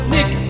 Nick